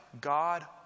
God